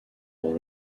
dans